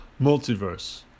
Multiverse